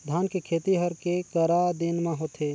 धान के खेती हर के करा दिन म होथे?